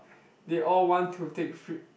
they all want to take fr~